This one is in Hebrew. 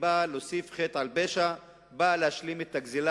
באה להוסיף חטא על פשע, באה להשלים את הגזלה,